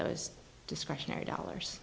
those discretionary dollars